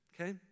Okay